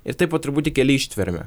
ir taip po truputį keli ištvermę